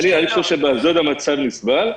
אני חושב שבאשדוד המצב נסבל.